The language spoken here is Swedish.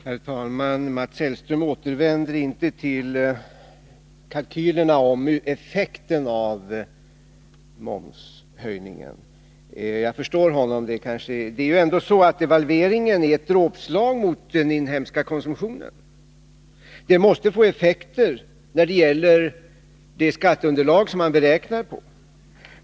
Herr talman! Mats Hellström återvände inte till kalkylerna om effekten av Onsdagen den momshöjningen. Jag förstår honom. Det är ju ändå så att devalveringen är — 15 december 1982 ett dråpslag mot den inhemska konsumtionen. Den måste få effekter när det gäller det skatteunderlag man räknar på.